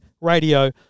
radio